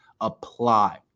apply